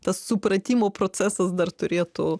tas supratimo procesas dar turėtų